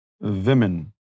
women